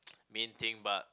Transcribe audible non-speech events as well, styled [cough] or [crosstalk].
[noise] main thing but